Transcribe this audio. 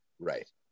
Right